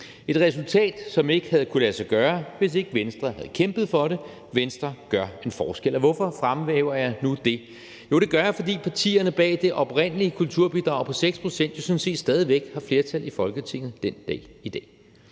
et resultat, som ikke havde kunnet lade sig gøre, hvis ikke Venstre havde kæmpet for det. Venstre gør en forskel. Hvorfor fremhæver jeg nu det? Jo, det gør jeg, fordi partierne bag det oprindelige kulturbidrag på 6 pct. sådan set stadig væk har flertal i Folketinget den dag i dag,